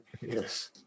Yes